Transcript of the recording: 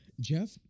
Jeff